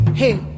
hey